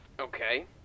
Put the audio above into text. Okay